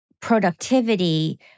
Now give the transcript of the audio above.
productivity